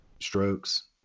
strokes